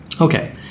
Okay